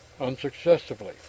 unsuccessfully